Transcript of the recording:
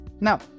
now